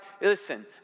listen